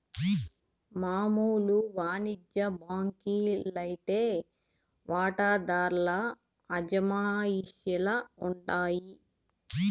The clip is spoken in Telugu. మామూలు వానిజ్య బాంకీ లైతే వాటాదార్ల అజమాయిషీల ఉండాయి